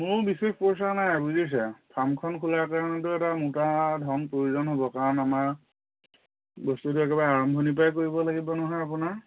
মোৰ বিশেষ পইচা নাই বুজিছে ফাৰ্মখন খোলাৰ কাৰণেতো এটা মোটা ধন প্ৰয়োজন হ'ব কাৰণ আমাৰ বস্তুটো একেবাৰে আৰম্ভণি পৰাই কৰিব লাগিব নহয় আপোনাৰ